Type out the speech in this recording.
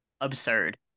absurd